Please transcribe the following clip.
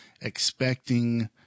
expecting